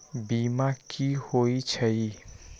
बीमा कि होई छई?